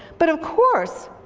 but of course,